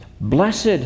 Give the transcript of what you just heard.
Blessed